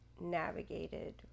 navigated